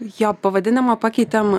jo pavadinimą pakeitėm